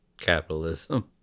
capitalism